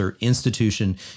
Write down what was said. institution